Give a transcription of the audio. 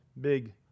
big